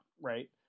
right